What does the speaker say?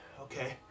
Okay